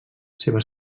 seva